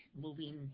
moving